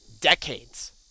decades